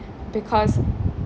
because